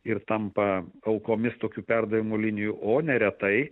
ir tampa aukomis tokių perdavimo linijų o neretai